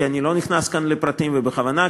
כי אני לא נכנס כאן לפרטים בכוונה,